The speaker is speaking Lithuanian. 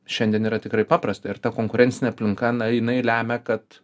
šiandien yra tikrai paprasta ir ta konkurencinė aplinka na jinai lemia kad